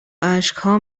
اشکها